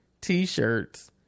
T-shirts